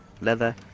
leather